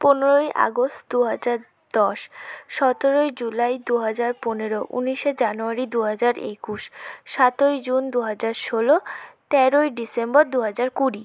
পনেরোই আগস্ট দু হাজার দশ সতেরোই জুলাই দু হাজার পনেরো ঊনিশে জানুয়ারি দু হাজার একুশ সাতই জুন দু হাজার ষোলো তেরোই ডিসেম্বর দু হাজার কুড়ি